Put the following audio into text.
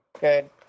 good